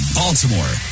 Baltimore